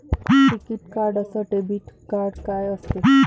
टिकीत कार्ड अस debit card काय असत?